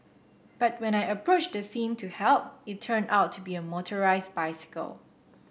but when I approached the scene to help it turned out to be a motorised bicycle